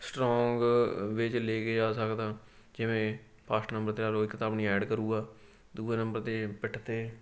strong ਵਿੱਚ ਲੈ ਕੇ ਆ ਸਕਦਾ ਜਿਵੇਂ ਫਸਟ ਨੰਬਰ 'ਤੇ ਲਾ ਲਓ ਇੱਕ ਤਾ ਆਪਣੀ ਐਡ ਕਰੂਗਾ ਦੂਜੇ ਨੰਬਰ 'ਤੇ ਪਿੱਠ 'ਤੇ